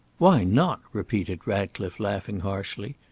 why not? repeated ratcliffe, laughing harshly.